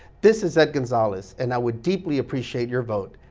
this is ed gonzalez and i would deeply appreciate your vote.